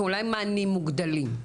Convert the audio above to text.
אולי מענים מוגדלים.